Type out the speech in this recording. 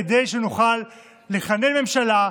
כדי שנוכל לכונן ממשלה,